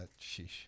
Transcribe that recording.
Sheesh